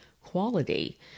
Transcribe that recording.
quality